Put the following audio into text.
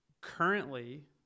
Currently